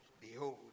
behold